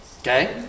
okay